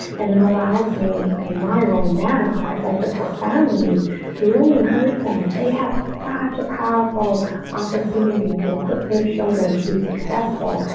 and and allows me in my role. now, i support families to really encourage them that they have ah a powerful opportunity to equip their children to be successful,